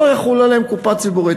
לא יחול עליהם עניין קופה ציבורית.